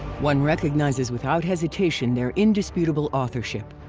one recognizes without hesitation their indisputable authorship,